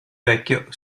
vecchio